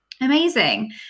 Amazing